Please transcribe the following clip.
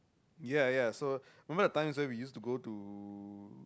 ya ya so remember the times where we used to go to